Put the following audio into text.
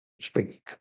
speak